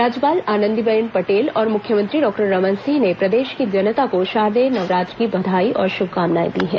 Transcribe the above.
राज्यपाल आनंदीबेन पटेल और मुख्यमंत्री डॉक्टर रमन सिंह ने प्रदेश की जनता को शारदेय नवरात्र की बधाई और शुभकामनाएं दी हैं